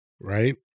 right